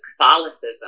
catholicism